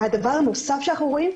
הדבר הנוסף שאנחנו רואים,